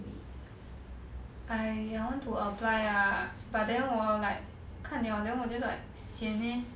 I I want to apply ah but then 我 like 看了 then 我就 like sian leh